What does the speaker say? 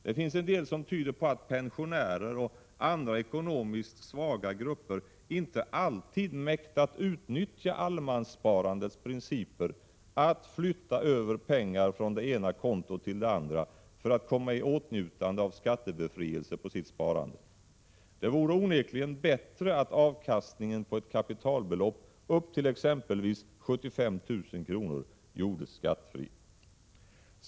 Det finns en del som tyder på att pensionärerna och andra ekonomiskt svaga grupper inte alltid mäktat utnyttja allemanssparandets principer att flytta över pengar från det ena kontot till det andra för att komma i åtnjutande av skattebefrielse på sitt sparande. Det vore onekligen bättre att avkastningen på ett kapitalbelopp upp till exempelvis 75 000 kr. gjordes skattefri.